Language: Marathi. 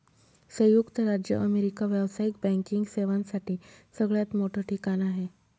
संयुक्त राज्य अमेरिका व्यावसायिक बँकिंग सेवांसाठी सगळ्यात मोठं ठिकाण आहे